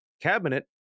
cabinet